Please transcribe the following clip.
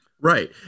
Right